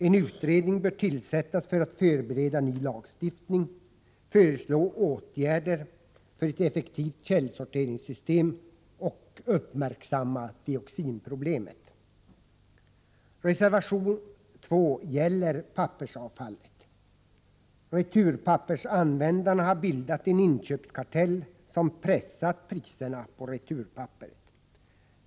En utredning bör tillsättas för att förbereda ny lagstiftning, föreslå åtgärder för ett effektivt källsorteringssystem och uppmärksamma dioxinproblemet. Reservation 2 gäller pappersavfallet. Returpappersanvändarna har bildat en inköpskartell, som har pressat priserna på returpapperet.